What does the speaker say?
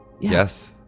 yes